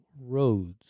roads